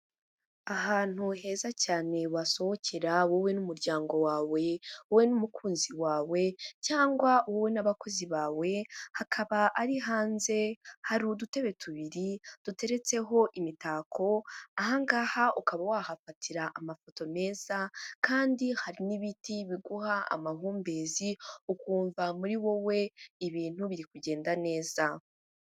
Ahantu heza cyane wasohokera wowe n'umuryango wawe, wowe n'umukunzi wawe cyangwa wowe n'abakozi bawe, hakaba ari hanze, hari udutebe tubiri, duteretseho imitako, aha ngaha ukaba wahafatira amafoto meza kandi hari n'ibiti biguha amahumbezi ukumva muri wowe ibintu biri kugenda neza.